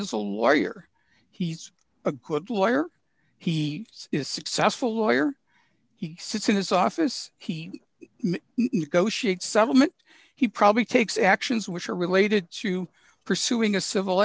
brosnan's a lawyer he's a good lawyer he is successful lawyer he sits in his office he negotiates settlement he probably takes actions which are related to pursuing a civil